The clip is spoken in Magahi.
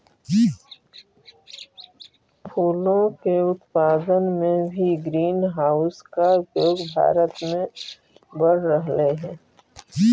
फूलों के उत्पादन में भी ग्रीन हाउस का उपयोग भारत में बढ़ रहलइ हे